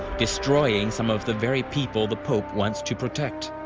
destroying some of the very people the pope wants to protect.